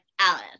Alice